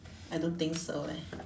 I don't think so eh